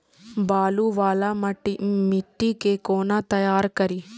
बालू वाला मिट्टी के कोना तैयार करी?